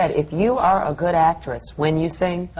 if you are a good actress, when you sing,